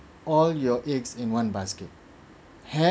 all your eggs in one basket